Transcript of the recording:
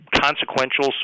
consequential